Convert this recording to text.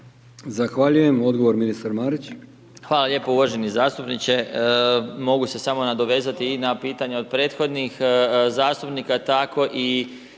Zahvaljujem. Odgovor ministar Marić.